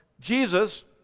Jesus